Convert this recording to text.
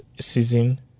season